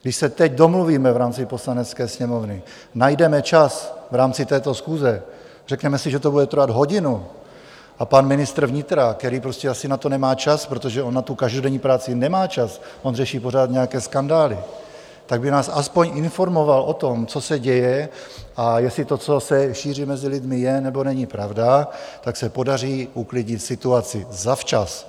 Když se teď domluvíme v rámci Poslanecké sněmovny, najdeme čas v rámci této schůze, řekneme si, že to bude trvat hodinu, a pan ministr vnitra, který prostě asi na to nemá čas, protože on na tu každodenní práci nemá čas, on řeší pořád nějaké skandály, tak by nás aspoň informoval o tom, co se děje, a jestli to, co se šíří mezi lidmi, je, nebo není pravda, tak se podaří uklidnit situaci zavčas.